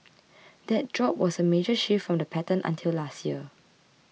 that drop was a major shift from the pattern until last year